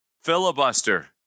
Filibuster